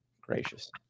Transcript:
Gracious